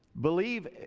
Believe